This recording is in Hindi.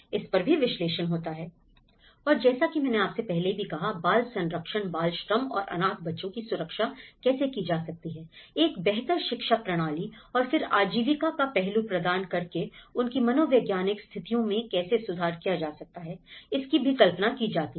इस पर भी विश्लेषण होता हैI और जैसा कि मैंने आपसे पहले भी कहा बाल संरक्षण बाल श्रम और अनाथ बच्चों की सुरक्षा कैसे की जा सकती है एक बेहतर शिक्षा प्रणाली और फिर आजीविका का पहलू प्रदान करके उनकी मनोवैज्ञानिक स्थितियों में कैसे सुधार किया जा सकता है इसकी भी कल्पना की जाती है